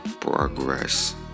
progress